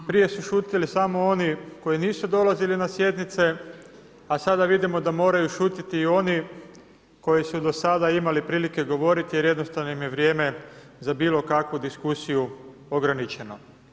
Prije su šutili samo oni koji nisu dolazili na sjednice, a sada vidimo da moraju šutjeti i oni koji su do sada imali prilike govoriti jer jednostavno im je vrijeme za bilo kakvu diskusiju ograničeno.